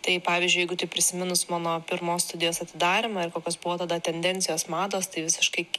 tai pavyzdžiui jeigu tik prisiminus mano pirmos studijos atidarymą ir kokios buvo tada tendencijos mados tai visiškai